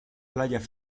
playas